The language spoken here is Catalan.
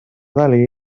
dalí